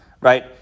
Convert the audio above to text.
Right